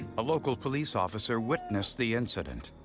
a local police officer witnessed the incident.